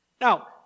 Now